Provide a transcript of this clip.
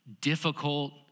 difficult